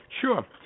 Sure